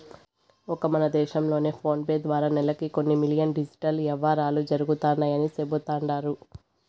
ఒక్క మన దేశం లోనే ఫోనేపే ద్వారా నెలకి కొన్ని మిలియన్ డిజిటల్ యవ్వారాలు జరుగుతండాయని సెబుతండారు